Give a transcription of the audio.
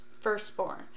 firstborn